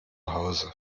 hause